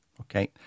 okay